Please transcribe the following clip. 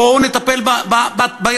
בואו נטפל בבסיס,